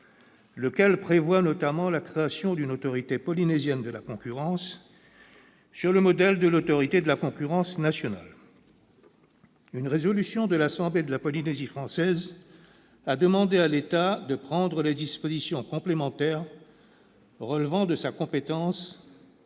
lequel prévoit notamment la création d'une autorité polynésienne de la concurrence sur le modèle de l'autorité de la concurrence nationale. Une résolution de l'assemblée de la Polynésie française a demandé à l'État de prendre les dispositions complémentaires relevant de sa compétence